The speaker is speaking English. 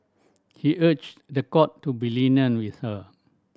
he urged the court to be lenient with her